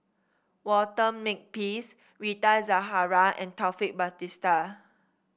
Walter Makepeace Rita Zahara and Taufik Batisah